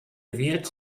wird